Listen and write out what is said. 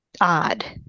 odd